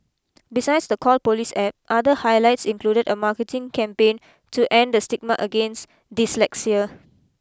besides the Call Police App other highlights included a marketing campaign to end the stigma against dyslexia